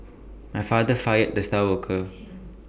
my father fired the star worker